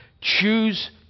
Choose